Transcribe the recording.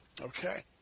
Okay